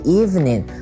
evening